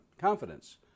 confidence